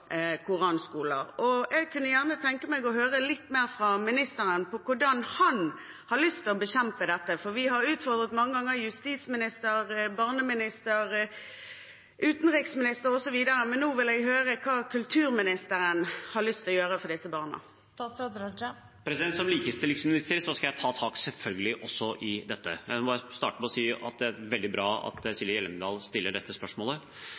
Jeg kunne gjerne tenke meg å høre litt mer fra ministeren om hvordan han har lyst til å bekjempe dette. Vi har utfordret justisminister, barneminister, utenriksminister osv. mange ganger, men nå vil jeg høre hva kulturministeren har lyst til å gjøre for disse barna. Som likestillingsminister skal jeg selvfølgelig ta tak i også dette. Jeg vil bare starte med å si at det er veldig bra Silje Hjemdal stiller dette spørsmålet.